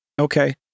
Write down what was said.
Okay